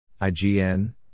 IGN